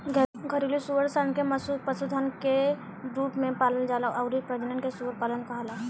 घरेलु सूअर सन के पशुधन के रूप में पालल जाला अउरी प्रजनन के सूअर पालन कहाला